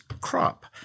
crop